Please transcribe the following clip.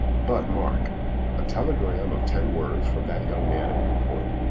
but, mark a telegram of ten words from that young man at newport,